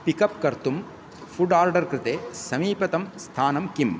pickup कर्तुं food order कृते समीपस्थं स्थानं किम्